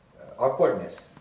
awkwardness